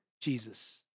Jesus